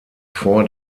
vor